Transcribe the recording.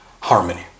harmony